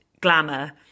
glamour